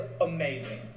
amazing